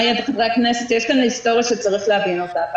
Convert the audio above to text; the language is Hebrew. יש כאן היסטוריה שצריך להבין אותה.